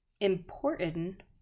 important